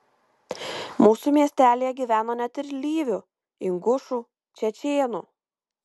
mūsų miestelyje gyveno net ir lyvių ingušų čečėnų